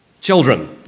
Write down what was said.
Children